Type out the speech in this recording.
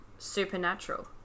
Supernatural